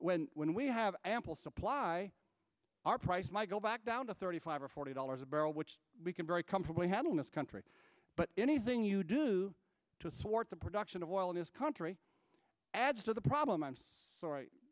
when when we have ample supply our price might go back down to thirty five or forty dollars a barrel which we can very comfortably having this country but anything you do to support the production of oil in this country adds to the problem